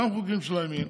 גם חוקים של הימין,